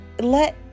let